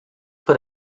for